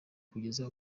kugeza